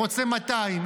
רוצה 200,